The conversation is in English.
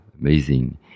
amazing